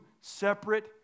separate